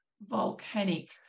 volcanic